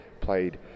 played